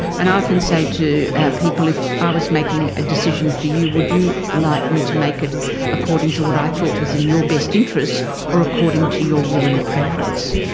and i often say to people if i was making a decision for you, would you like me to make it according to what i thought was in your best interests or according to your will and preference.